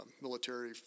military